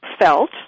felt